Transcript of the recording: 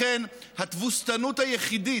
לכן, התבוסתנות היחידה